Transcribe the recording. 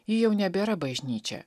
ji jau nebėra bažnyčia